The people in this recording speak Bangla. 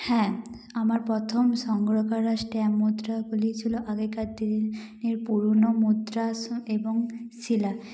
হ্যাঁ আমার প্রথম সংগ্রহ করা স্ট্যাম্প মুদ্রাগুলি ছিলো আগেকার দি দিনের পুরোনো মুদ্রা এবং শিলা